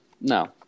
no